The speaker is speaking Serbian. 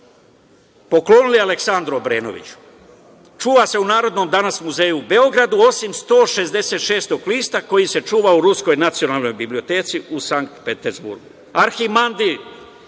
poklonili Aleksandru Obrenoviću. Čuva se danas u Narodnom muzeju u Beogradu, osim 166. lista, koji se čuva u Ruskoj nacionalnoj biblioteci, u Sankt Peterburgu. arhimandrid